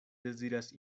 deziras